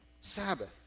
sabbath